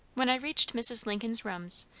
when i reached mrs. lincoln's rooms,